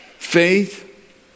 Faith